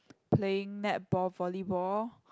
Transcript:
playing netball volleyball